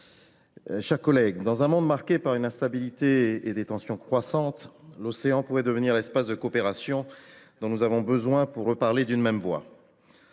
chers collègues, dans un monde marqué par une instabilité et des tensions croissantes, l’océan pourrait devenir l’espace de coopération dont nous avons besoin pour reparler d’une même voix.